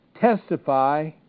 testify